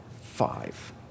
five